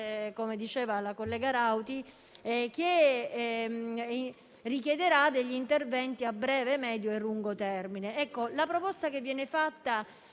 come diceva la collega Rauti - che richiederà degli interventi a breve, medio e lungo termine.